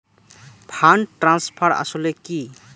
Fund transfer আসলে কী?